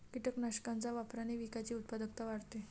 कीटकनाशकांच्या वापराने पिकाची उत्पादकता वाढते